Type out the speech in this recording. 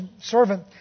servant